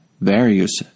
various